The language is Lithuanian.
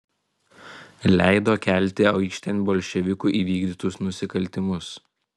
leido kelti aikštėn bolševikų įvykdytus nusikaltimus